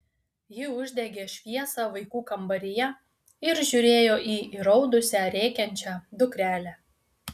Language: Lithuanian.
ji uždegė šviesą vaikų kambaryje ir žiūrėjo į įraudusią rėkiančią dukrelę